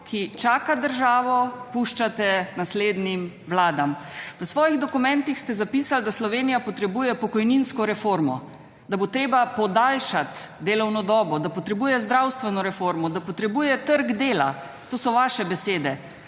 ki čaka državo, puščate naslednjim vladam. V svojih dokumentih ste zapisali, da Slovenija potrebuje pokojninsko reformo, da bo treba podaljšati delovno dobo, da potrebuje zdravstveno reformo, da potrebuje trg dela – to so vaše besede